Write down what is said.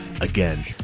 Again